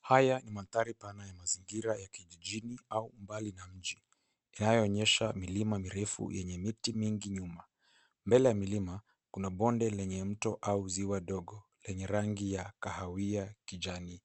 Haya ni manthari bana ya mazingira ya kijijini au mbali na mji inayoonyesha milima mirefu yenye miti mingi nyuma mbele ya mlima kuna bonde lenye mto au siwa dogo lenye rangi ya kahawia kijani